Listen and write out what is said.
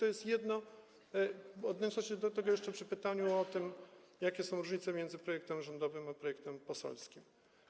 Odniosę się do tego jeszcze przy pytaniu o to, jakie są różnice między projektem rządowym a projektem poselskim.